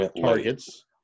targets